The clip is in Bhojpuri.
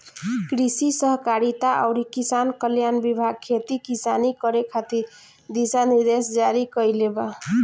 कृषि सहकारिता अउरी किसान कल्याण विभाग खेती किसानी करे खातिर दिशा निर्देश जारी कईले बा